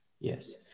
Yes